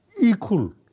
equal